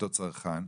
לאותו צרכן.